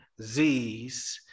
Zs